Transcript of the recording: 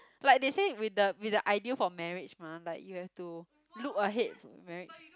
like they say with the with the ideal for marriage mah like you have to look ahead for marriage